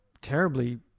terribly